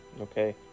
okay